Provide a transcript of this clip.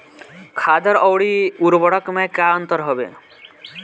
खादर अवरी उर्वरक मैं का अंतर हवे?